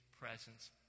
presence